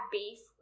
beef